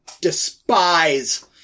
despise